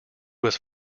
was